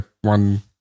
One